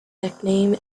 nickname